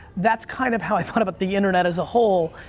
that's kind of how i felt about the internet as a whole.